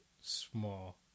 small